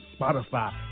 Spotify